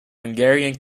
hungarian